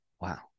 wow